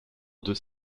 deux